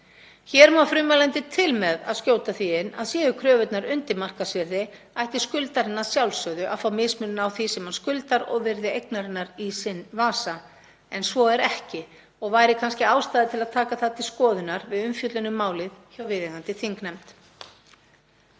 Hér má frummælandi til með að skjóta því inn að séu kröfurnar undir markaðsvirði ætti skuldarinn að sjálfsögðu að fá mismuninn á því sem hann skuldar og virði eignarinnar í sinn vasa en svo er ekki og væri kannski ástæða til að taka það til skoðunar við umfjöllun um málið hjá viðeigandi þingnefnd.